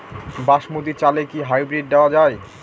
বাসমতী চালে কি হাইব্রিড দেওয়া য়ায়?